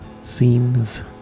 Scenes